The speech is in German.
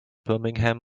birmingham